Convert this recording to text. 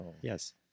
Yes